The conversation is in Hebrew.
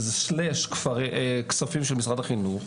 או כספים של משרד החינוך,